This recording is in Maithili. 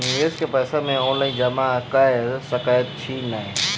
निवेश केँ पैसा मे ऑनलाइन जमा कैर सकै छी नै?